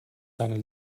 seiner